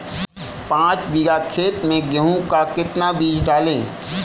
पाँच बीघा खेत में गेहूँ का कितना बीज डालें?